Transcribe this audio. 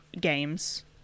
games